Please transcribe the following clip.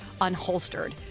Unholstered